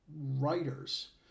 writers